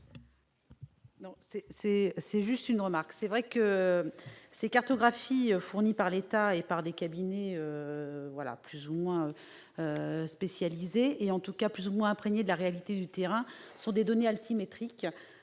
explication de vote. Ces cartographies, fournies par l'État et par des cabinets plus ou moins spécialisés, en tout cas plus ou moins imprégnés de la réalité du terrain, sont des données altimétriques.